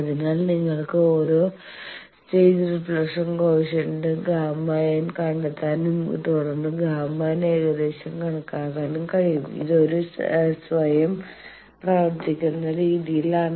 അതിനാൽ നിങ്ങൾക്ക് ഓരോ സ്റ്റേജ് റിഫ്ളക്ഷൻ കോയെഫിഷ്യന്റ് Γn കണ്ടെത്താനും തുടർന്ന് Γn ഏകദേശം കണക്കാക്കാനും കഴിയും ഇതൊരു swayam പ്രവർത്തനത്തിക്കുന്ന രീതിയിലാണ്